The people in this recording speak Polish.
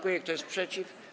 Kto jest przeciw?